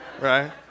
Right